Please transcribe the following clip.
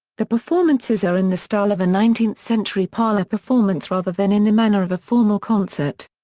the performances are in the style of a nineteenth century parlor performance rather than in the manner of a formal concert.